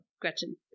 Gretchen